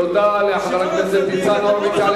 תודה לחבר הכנסת הורוביץ.